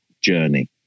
journey